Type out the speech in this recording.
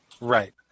Right